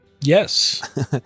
Yes